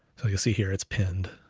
so, you'll see here, it's pinned.